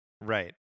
Right